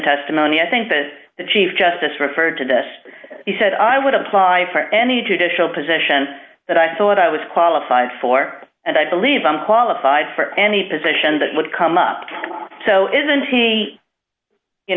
testimony i think that the chief justice referred to this he said i would apply for any judicial position that i thought i was qualified for and i believe i'm qualified for any position that would come up so it isn't to be you